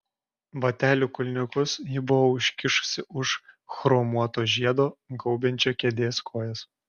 batelių kulniukus ji buvo užkišusi už chromuoto žiedo gaubiančio kėdės kojas